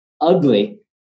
ugly